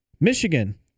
Michigan